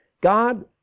God